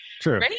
true